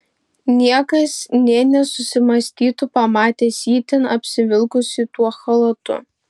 niekas nė nesusimąstytų pamatęs jį ten apsivilkusį tuo chalatu